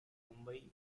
mumbai